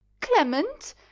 clement